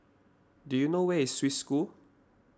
do you know where is Swiss School